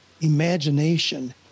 imagination